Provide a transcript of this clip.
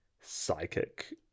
psychic